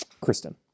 Kristen